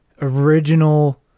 Original